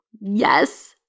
yes